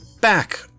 back